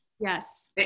Yes